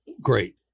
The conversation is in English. Great